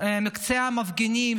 מקצת המפגינים,